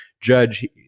Judge